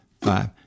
five